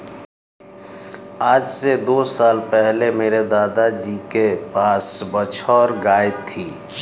आज से दो साल पहले मेरे दादाजी के पास बछौर गाय थी